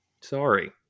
Sorry